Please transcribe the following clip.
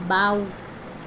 বাঁও